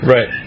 Right